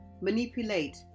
manipulate